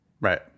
Right